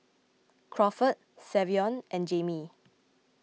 Crawford Savion and Jamie